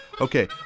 Okay